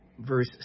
verse